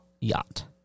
yacht